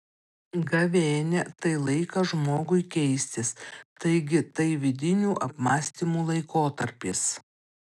gavėnia tai laikas žmogui keistis taigi tai vidinių apmąstymų laikotarpis